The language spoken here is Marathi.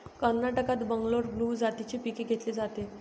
कर्नाटकात बंगलोर ब्लू जातीचे पीक घेतले जाते